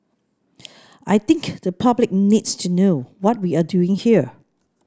I think the public needs to know what we're doing here